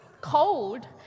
Cold